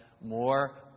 more